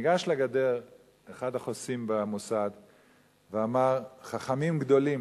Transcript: ניגש לגדר אחד החוסים במוסד ואמר: חכמים גדולים,